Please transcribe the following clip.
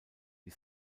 die